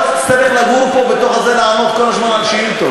לא תצטרך לגור פה בתוך הזה לענות כל הזמן על שאילתות.